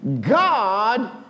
God